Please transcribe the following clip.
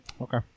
Okay